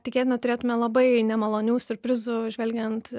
tikėtina turėtume labai nemalonių siurprizų žvelgiant